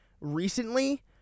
recently